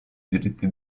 diritti